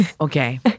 Okay